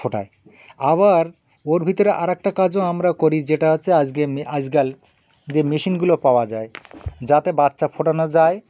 ফোটায় আবার ওর ভিতরে আরেকটা কাজও আমরা করি যেটা হচ্ছে আজকে আজকাল যে মেশিনগুলো পাওয়া যায় যাতে বাচ্চা ফোটানো যায়